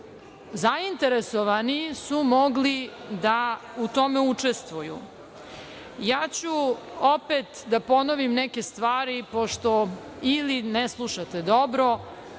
zainteresovani su mogli da u tome učestvuju. Opet ću da ponovim neke stvari, pošto ili ne slušate dobro